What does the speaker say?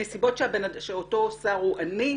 מסיבות שאותו שר הוא עני,